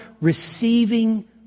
receiving